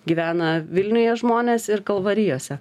gyvena vilniuje žmonės ir kalvarijose